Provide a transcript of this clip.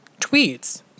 tweets